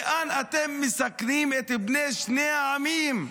למה אתם מסכנים את בני שני העמים,